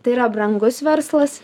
tai yra brangus verslas